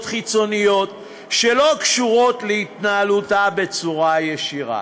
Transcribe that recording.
חיצוניות שלא קשורות להתנהלותה בצורה ישירה.